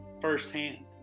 firsthand